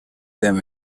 them